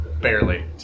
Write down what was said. Barely